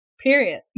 Period